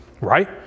right